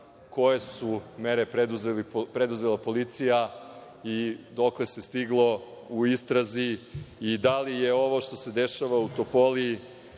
koje je mere preduzela policija i dokle se stiglo u istrazi i da li je ovo što se dešava u Topoli